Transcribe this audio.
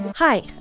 Hi